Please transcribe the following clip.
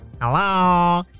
Hello